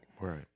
Right